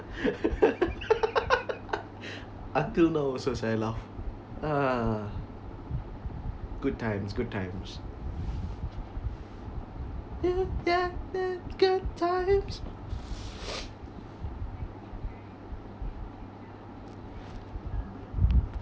until now also sia I laugh ah good times good times you've got the good times